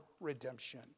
redemption